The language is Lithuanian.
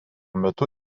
metu